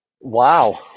Wow